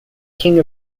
king